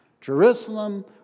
Jerusalem